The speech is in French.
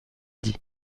dit